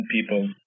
people